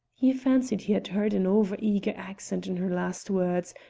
he fancied he had heard an over-eager accent in her last words,